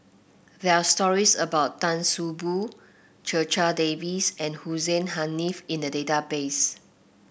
there are stories about Tan See Boo Checha Davies and Hussein Haniff in the database